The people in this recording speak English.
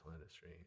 industry